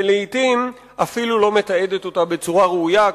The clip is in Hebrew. ולעתים אפילו לא מתעדת אותה בצורה ראויה,